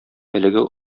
әлеге